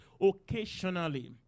occasionally